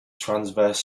transverse